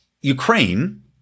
Ukraine